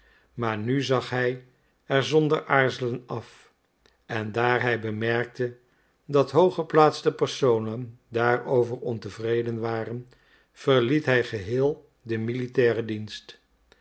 maar nu zag hij er zonder aarzelen af en daar hij bemerkte dat hooggeplaatste personen daarover ontevreden waren verliet hij geheel den militairen dienst